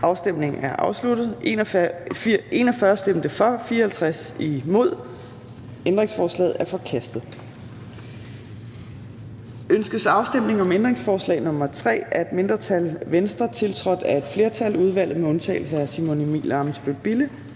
hverken for eller imod stemte 0. Ændringsforslaget er forkastet. Ønskes afstemning om ændringsforslag nr. 3 af et mindretal (V), tiltrådt af et flertal i udvalget med undtagelse af Simon Emil Ammitzbøll-Bille